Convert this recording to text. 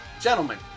gentlemen